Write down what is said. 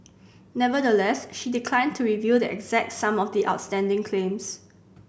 nevertheless she declined to reveal the exact sum of the outstanding claims